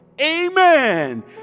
Amen